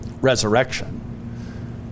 resurrection